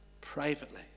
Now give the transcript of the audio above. privately